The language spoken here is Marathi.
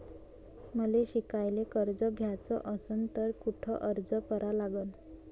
मले शिकायले कर्ज घ्याच असन तर कुठ अर्ज करा लागन?